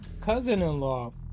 cousin-in-law